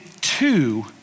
two